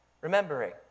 remembering